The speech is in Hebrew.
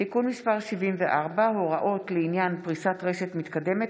(תיקון מס' 74) (הוראות לעניין פריסת רשת מתקדמת),